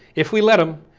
if we let them,